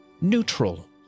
neutral